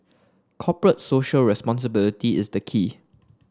corporate Social Responsibility is the key